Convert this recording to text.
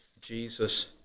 Jesus